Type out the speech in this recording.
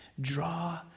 Draw